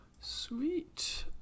Sweet